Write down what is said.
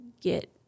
get